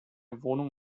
wohnung